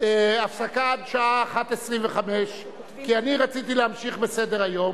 הפסקה עד 13:25. אני רציתי להמשיך בסדר-היום,